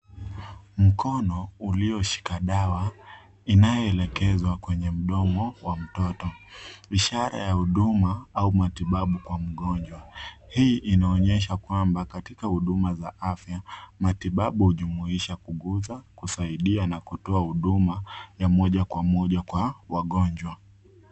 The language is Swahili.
Mkono ulioshika dawa inayoelekezwa kwenye mdomo wa mtoto. Ishara ya huduma au matibabu kwa mgonjwa. Hii inaonyesha kwamba katika huduma za afya matibabu hujumuisha kuguza, kusaidia na kutoa huduma ya moja kwa moja kwa wagonjwa.